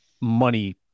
money